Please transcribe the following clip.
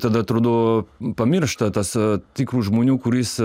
tada atrodo pamiršta tas tikrų žmonių kuris